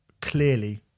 clearly